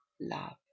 love